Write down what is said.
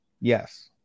Yes